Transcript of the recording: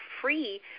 free